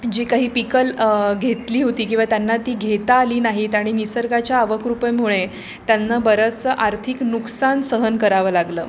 जी काही पिकं घेतली होती किंवा त्यांना ती घेता आली नाहीत आणि निसर्गाच्या अवकृपेमुळे त्यांना बरंचसं आर्थिक नुकसान सहन करावं लागलं